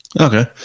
Okay